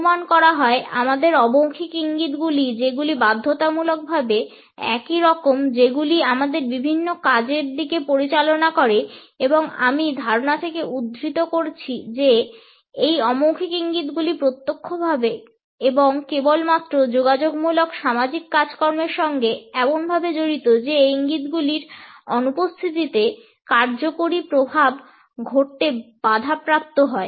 অনুমান করা হয় আমাদের অমৌখিক ইঙ্গিতগুলি যেগুলি বাধ্যতামূলকভাবে একই রকম যেগুলি আমাদের বিভিন্ন কাজের দিকে পরিচালনা করে এবং আমি ধারণা করে উদ্ধৃত করছি যে এই অমৌখিক ইঙ্গিতগুলি প্রত্যক্ষভাবে এবং কেবলমাত্র যোগাযোগমূলক সামাজিক কাজকর্মের সঙ্গে এমনভাবে জড়িত যে এই ইঙ্গিতগুলির অনুপস্থিতিতে কার্যকরী প্রভাব ঘটতে বাধাপ্রাপ্ত হয়